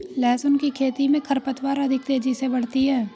लहसुन की खेती मे खरपतवार अधिक तेजी से बढ़ती है